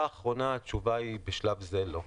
האחרונה, התשובה היא: בשלב זה לא.